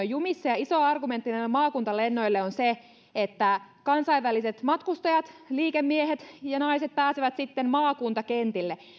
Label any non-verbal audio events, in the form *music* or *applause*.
*unintelligible* jumissa ja iso argumentti näille maakuntalennoille on se että kansainväliset matkustajat liikemiehet ja naiset pääsevät sitten maakuntakentille